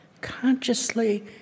consciously